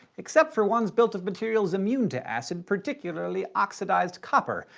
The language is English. except for ones built of materials immune to acids, particularly oxidized copper,